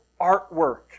artwork